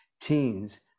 teens